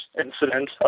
incident